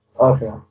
Okay